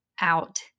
out